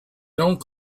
don’t